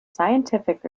scientific